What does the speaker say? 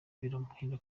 biramuhira